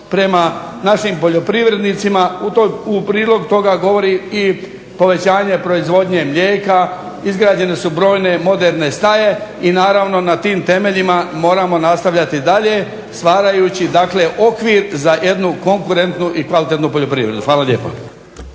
prema našim poljoprivrednicima, u prilog toga govori i povećanje potrošnje mlijeka, izgrađene su brojne moderne staje i naravno na tim temeljima moramo nastavljati dalje stvarajući okvir za jednu konkurentnu i kvalitetnu poljoprivredu, hvala lijepa.